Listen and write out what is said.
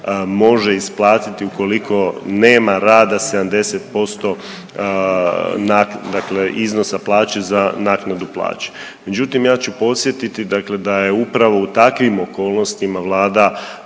može isplatiti ukoliko nema rada 70% dakle iznosa plaće za naknadu plaće. Međutim ja ću podsjetiti dakle da je upravo u takvim okolnostima vlada